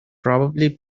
probably